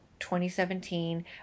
2017